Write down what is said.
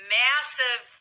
massive